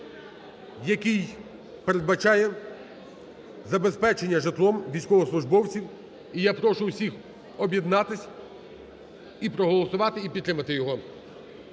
який передбачає забезпечення житлом військовослужбовців. І я прошу всіх об'єднатись, проголосувати і підтримати його.